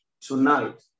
tonight